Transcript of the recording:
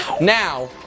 Now